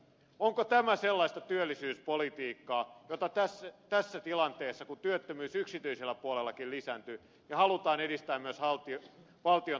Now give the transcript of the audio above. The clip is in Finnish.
onko tämä sellaista työllisyyspolitiikkaa jota tässä tilanteessa kun työttömyys yksityiselläkin puolella lisääntyy halutaan edistää myös valtion toimesta